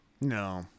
No